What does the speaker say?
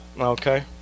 Okay